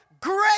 great